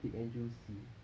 thick and juicy